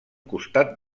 costat